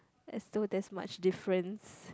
as though there's much difference